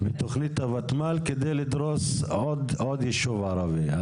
בתוכנית הותמ"ל כדי לדרוס עוד יישוב ערבי.